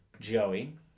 Joey